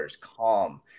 Calm